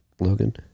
Logan